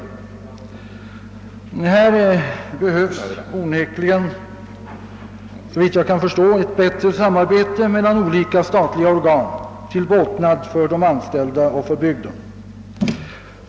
På detta område behövs onekligen ett bättre samarbete mellan olika statliga organ till båtnad för de anställda och för bygden.